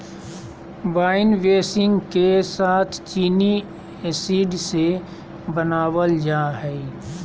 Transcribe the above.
wine बेसींग के साथ चीनी एसिड से बनाबल जा हइ